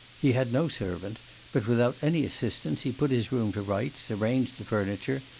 he had no servant but without any assistance he put his room to rights, arranged the furniture,